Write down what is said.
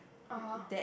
(aha)